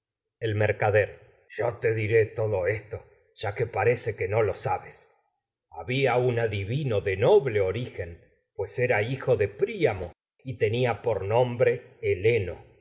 el mercader diré todo esto ya que parece que pues que no lo sabes había un y adivino de noble origen heleno por era hijo de priamo salido una tenia por nombre habiendo